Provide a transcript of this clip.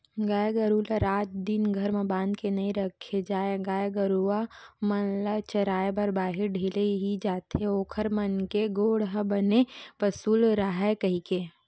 गाय गरु ल रात दिन घर म बांध के नइ रखे जाय गाय गरुवा मन ल चराए बर बाहिर ढिले ही जाथे ओखर मन के गोड़ ह बने पसुल राहय कहिके